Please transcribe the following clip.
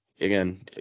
again